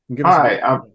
Hi